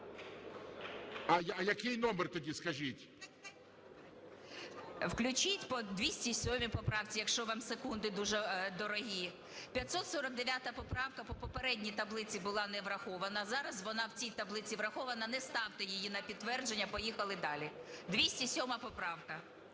А який номер тоді скажіть. 14:07:49 ЮЖАНІНА Н.П. Включіть по 207 поправці, якщо вам секунди дуже дорогі. 549 поправка по попередній таблиці була не врахована, зараз вона в цій таблиці врахована, не ставте її на підтвердження, поїхали далі. 207 поправка.